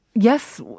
Yes